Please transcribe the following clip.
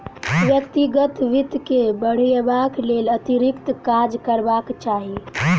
व्यक्तिगत वित्त के बढ़यबाक लेल अतिरिक्त काज करबाक चाही